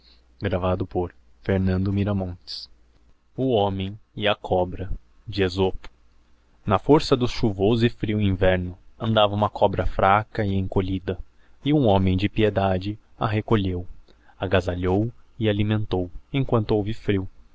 o homem e a cobra na forra do chuvoso e frio inverno andava huma cobra fraca e encolhida ehum homem de piedade a recolheo agazalhou e alimentou em quanto houve frio